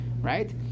right